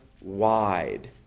wide